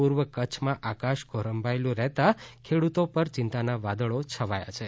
પૂર્વ કચ્છમાં આકાશ ગોરેભાયલું રહેતા ખેડૂતો પર ચિંન્તાના વાદળો છવાયા છે